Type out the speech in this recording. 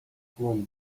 from